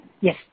Yes